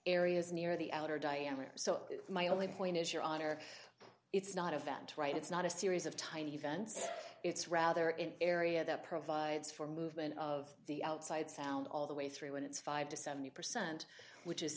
areas near the outer diameter so my only point is your honor it's not event right it's not a series of tiny events it's rather in area that provides for movement of the outside sound all the way through and it's five to seventy percent which is